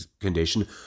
condition